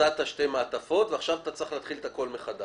מצאת שתי מעטפות ועכשיו אתה צריך להתחיל את הכול מחדש.